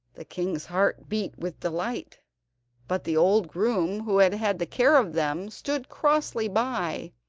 the king's heart beat with delight, but the old groom who had had the care of them stood crossly by,